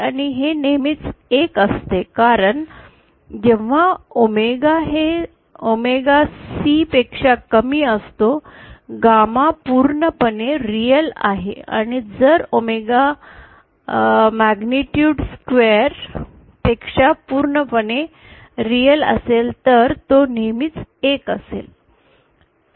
आणि हे नेहमीच 1 असते कारण जेव्हा ओमेगा हे ओमेगा C पेक्षा कमी असतो गामा पूर्णपणे वास्तविक आहे आणि जर गामा मैग्निटूड स्क्वेर पेक्षा पूर्णपणे वास्तविक असेल तर तो नेहमीच 1 असेल